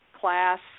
class